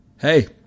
Hey